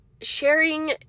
sharing